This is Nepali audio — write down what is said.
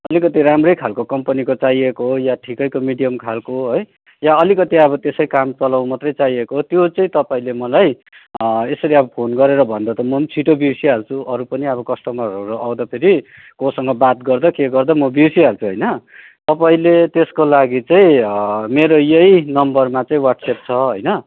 अलिकति राम्रै खालको कम्पनीको चाहिएको हो या ठिकैको मिडियम खालको है या अब अलिकति अब त्यसै कामचलाउ मात्रै चाहिएको त्यो चाहिँ तपाईँले मलाई यसरी अब फोन गरेर भन्दा त म पनि छिटो बिर्सिहाल्छु अरू पनि अब कस्टमरहरू आउँदा फेरि कोसँग बात गर्दा के गर्दा म बिर्सिहाल्छु होइन तपाईँले त्यसको लागि चाहिँ मेरो यही नम्बरमा चाहिँ वाट्सएप छ होइन